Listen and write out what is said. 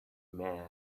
mad